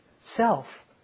self